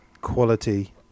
quality